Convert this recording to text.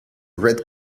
red